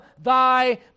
thy